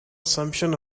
assumption